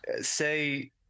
say